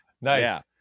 Nice